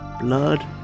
blood